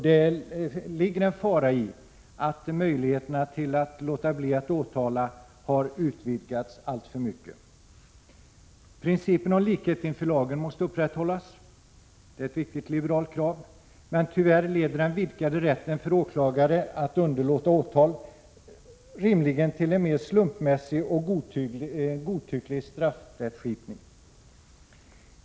Det ligger en fara i att möjligheterna att låta bli att åtala har utvidgats alltför mycket. Principen om likhet inför lagen måste upprätthållas. Det är ett viktigt liberalt krav. Men tyvärr leder den vidgade rätten för åklagare att underlåta åtal rimligen till en mer slumpmässig och godtycklig straffrättskipning.